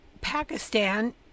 Pakistan